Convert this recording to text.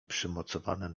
przymocowane